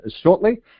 shortly